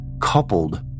coupled